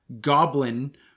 goblin